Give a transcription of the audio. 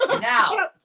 Now